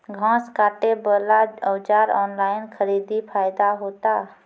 घास काटे बला औजार ऑनलाइन खरीदी फायदा होता?